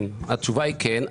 התשובה היא כן.